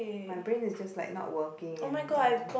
my brain is just like not working and you know